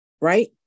right